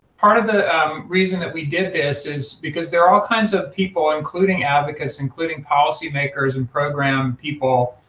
part of the reason that we did this is because there are all kinds of people, including advocates, including policymakers and program people,